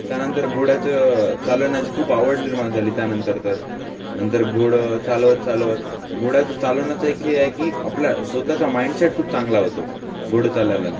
त्यानंतर घोड्याचं चालवण्याची खूप आवड निर्माण झाली त्यानंतर तर नंतर घोडं चालवत चालवत घोड्याचं चालवण्याचं एक हे आहे की आपला स्वतःचा माइंडसेट खूप चांगला होतो घोडं चालवलाने